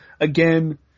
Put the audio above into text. Again